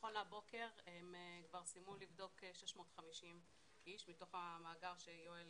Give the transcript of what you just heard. נכון להבוקר הם כבר סיימו לבדוק 650 איש מתוך המאגר שיואל